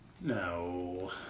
No